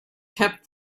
kept